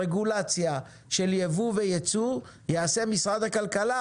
רגולציה של ייבוא וייצוא ייעשה משרד הכלכלה,